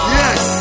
yes